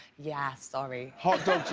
yeah sorry hotdog